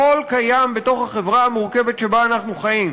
הכול קיים בתוך החברה המורכבת שבה אנחנו חיים.